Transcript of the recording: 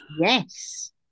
Yes